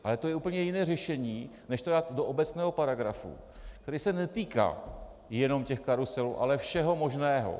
Ale to je úplně jiné řešení než to dát do obecného paragrafu, který se netýká jenom karuselů, ale všeho možného.